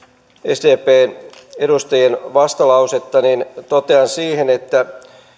sdpn edustajien vastalausetta niin totean siihen että